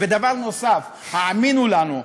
ודבר נוסף, האמינו לנו,